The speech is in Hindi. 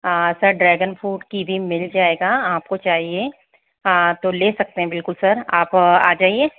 सर ड्रैगन फ्रूट कीवी मिल जाएगा आपको चाहिए तो ले सकते हैं बिल्कुल सर आप आ जाइए